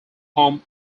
pomp